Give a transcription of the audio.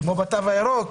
כמו בתו הירוק,